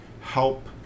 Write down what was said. help